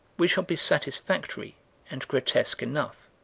we shall be satisfactory and grotesque enough.